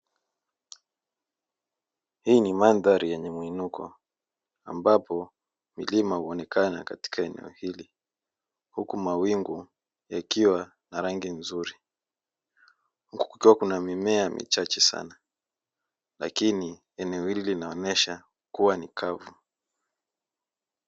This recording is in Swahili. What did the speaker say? Hii ni mandhari yenye mwinuko ambapo milima huonekana katika eneo hili huku mawingu yakiwa na rangi nzuri, huku kukiwa kuna mimea michache sana lakini eneo hili linaonyesha kuwa ni kavu.